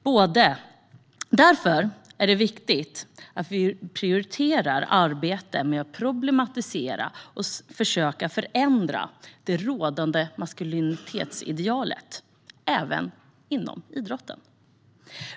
Det är därför viktigt att vi prioriterar arbetet med att problematisera och försöka förändra det rådande maskulinitetsidealet, även inom idrotten.